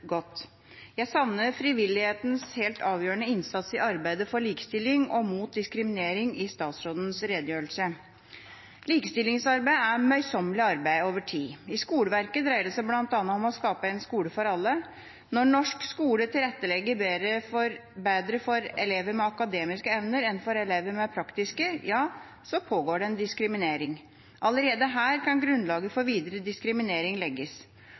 godt. Jeg savner frivillighetens helt avgjørende innsats i arbeidet for likestilling og mot diskriminering i statsrådens redegjørelse. Likestillingsarbeid er et møysommelig arbeid over tid. I skoleverket dreier det seg bl.a. om å skape en skole for alle. Når norsk skole tilrettelegger bedre for elever med akademiske evner enn for elever med praktiske, ja, så pågår det diskriminering. Allerede her kan grunnlaget for videre diskriminering legges.